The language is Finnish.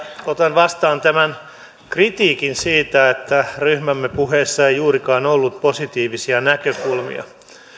otan vastaan tämän kritiikin siitä että ryhmämme puheessa ei juurikaan ollut positiivisia näkökulmia